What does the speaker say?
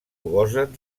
gosen